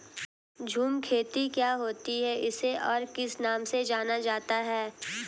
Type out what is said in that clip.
झूम खेती क्या होती है इसे और किस नाम से जाना जाता है?